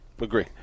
Agree